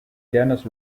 dennis